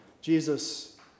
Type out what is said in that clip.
Jesus